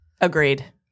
Agreed